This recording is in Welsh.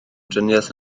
driniaeth